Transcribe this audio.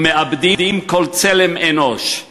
ומאבדים כל צלם אנוש.